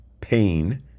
pain